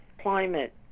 climate